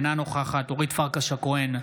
אינה נוכחת אורית פרקש הכהן,